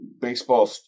baseball